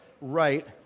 right